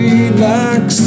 Relax